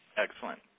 excellent